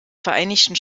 vereinigten